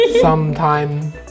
Sometime